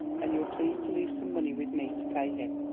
an' you'll please to leave some money with me to pay him.